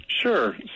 Sure